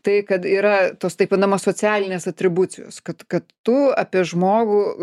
tai kad yra tos taip vadinamos socialinės atribucijos kad kad tu apie žmogų